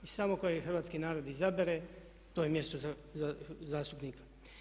I samo koje hrvatski narod izabere to je mjesto zastupnika.